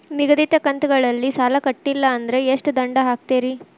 ನಿಗದಿತ ಕಂತ್ ಗಳಲ್ಲಿ ಸಾಲ ಕಟ್ಲಿಲ್ಲ ಅಂದ್ರ ಎಷ್ಟ ದಂಡ ಹಾಕ್ತೇರಿ?